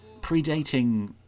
predating